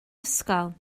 ysgol